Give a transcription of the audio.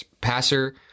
passer